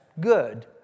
good